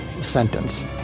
sentence